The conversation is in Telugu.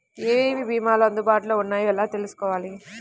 ఏమేమి భీమాలు అందుబాటులో వున్నాయో ఎలా తెలుసుకోవాలి?